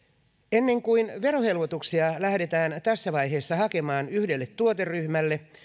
ennen kuin verohelpotuksia lähdetään tässä vaiheessa hakemaan yhdelle tuoteryhmälle